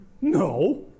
No